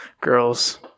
girls